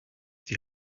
die